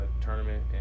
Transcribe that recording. tournament